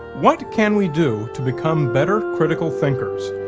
what can we do to become better critical thinkers,